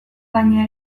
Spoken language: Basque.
baina